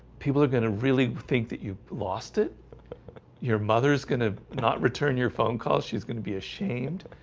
people are gonna really think that you've lost it your mother's gonna not return your phone calls. she's gonna be ashamed